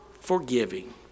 forgiving